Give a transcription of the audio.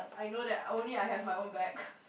I know that I only have my own back